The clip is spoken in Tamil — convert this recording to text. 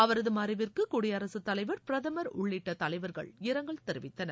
அவரது மறைவிற்கு குடியரகத் தலைவர் பிரதமர் உள்ளிட்ட தலைவர்கள் இரங்கல் தெரிவித்தனர்